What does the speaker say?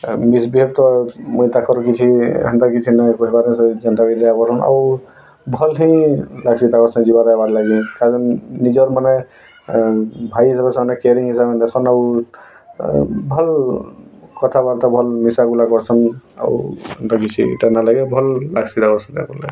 misbehave ତ ତାଙ୍କର କିଛି ହେନ୍ତା କିଛି ନ କହିବାର ସେ ସେନ୍ତା ବି ଆଉ ଭଲ୍ ଥି ସେ ତାଙ୍କର ଯିବାର ବାହାରିଲାନି ଖାଲି ନିଜର ମାନେ ଭାଇ ହିସାବରେ ସେମାନେ କେୟାରିଂ ହିସାବରେ ବସନ୍ ଆଉ ଭଲ୍ କଥାବାର୍ତ୍ତା ଭଲ୍ ମିଶାଗୁଲା କରିସନ୍ ଆଉ ଲାଗି ଭଲ୍ ଲାଗ୍ସି